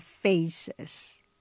faces